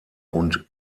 und